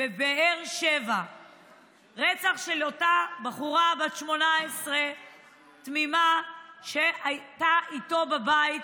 בבאר שבע של אותה בחורה תמימה בת 18 שהייתה בבית